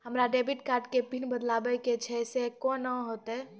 हमरा debit card के pin बदलबावै के छैं से कौन होतै?